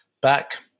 back